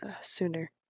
sooner